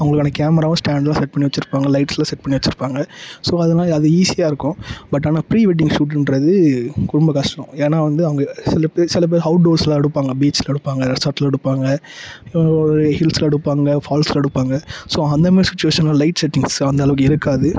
அவங்களுக்கான கேமராவும் ஸ்டாண்டுலாம் செட் பண்ணி வெச்சுருப்பாங்க லைட்ஸுலாம் செட் பண்ணி வெச்சுருப்பாங்க ஸோ அதனால அது ஈஸியாக இருக்கும் பட் ஆனால் ப்ரீ வெட்டிங் ஷூட்டுன்றது ரொம்ப கஷ்டம் ஏன்னா வந்து அவங்க சில பேர் சில பேர் அவுட்டோர்ஸ்லாம் எடுப்பாங்க பீச்சில் எடுப்பாங்க ரெசார்ட்டில் எடுப்பாங்க ஒரு ஹில்ஸில் எடுப்பாங்க ஃபால்ஸில் எடுப்பாங்க ஸோ அந்த மாரி சுச்சுவேஷனில் லைட் செட்டிங்ஸ் அந்தளவுக்கு இருக்காது